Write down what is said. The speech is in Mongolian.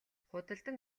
худалдан